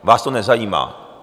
Vás to nezajímá.